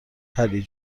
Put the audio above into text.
پری